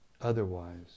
otherwise